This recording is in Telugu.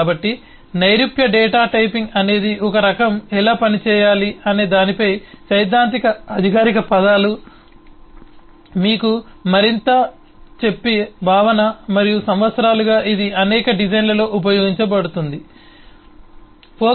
కాబట్టి నైరూప్య డేటా టైపింగ్ అనేది ఒక రకం ఎలా పనిచేయాలి అనేదానిపై సైద్ధాంతిక అధికారిక పదాలపై మీకు మరింత చెప్పే భావన మరియు సంవత్సరాలుగా ఇది అనేక డిజైన్లలో ఉపయోగించబడింది ప్రోగ్రామింగ్ భాషలు